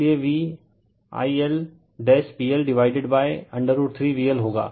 इसलिए v I L PL divided √ 3VL होगा